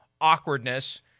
awkwardness